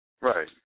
Right